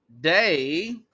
day